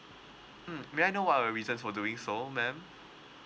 mm may I know what are the reason for doing so ma'am